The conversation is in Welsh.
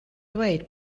dweud